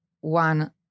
one